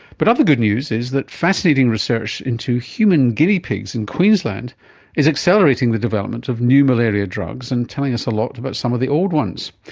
but other good news is that fascinating research into human guinea pigs in queensland is accelerating the development of new malaria drugs and telling us a lot about some of the old ones.